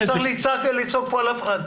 אתה לא צריך לצעוק פה על אף אחד,